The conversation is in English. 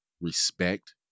respect